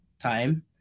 time